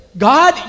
God